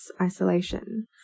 isolation